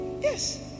Yes